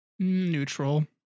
Neutral